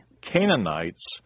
Canaanites